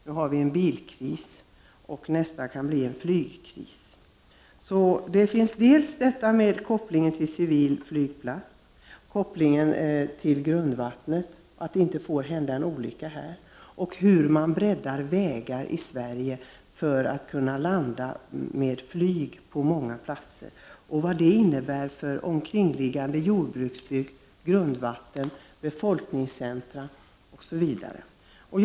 Nu har vi en bilkris och nästa kan bli en flygkris. I denna problematik ligger kopplingen till civil flygplats, till grundvattnet — att det inte får hända olyckor — och hur man på många platser i Sverige breddar vägar för att kunna landa med flyg samt vad detta innebär för omkringliggande jordbruksbygd, befolkningscentra osv.